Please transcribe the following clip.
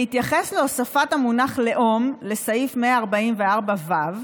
בהתייחס להוספת המונח לאום לסעיף 144ו,